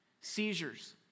Seizures